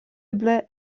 eble